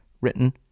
written